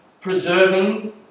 preserving